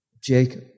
Jacob